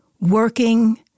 working